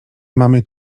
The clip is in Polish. mamy